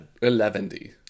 eleventy